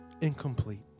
incomplete